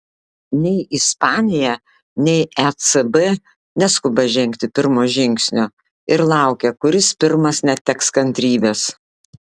nei ispanija nei ecb neskuba žengti pirmo žingsnio ir laukia kuris pirmas neteks kantrybės